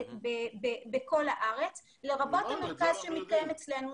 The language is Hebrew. בכל הארץ לרבות המרכז שמתקיים אצלנו.